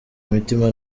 imitima